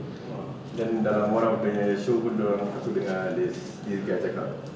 !wah! then dalam one of dia nya show dorang aku dengar this this guy cakap